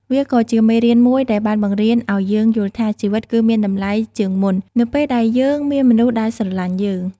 វាក៏ជាមេរៀនមួយដែលបានបង្រៀនឱ្យយើងយល់ថា ជីវិតគឺមានតម្លៃជាងមុននៅពេលដែលយើងមានមនុស្សដែលស្រលាញ់យើង។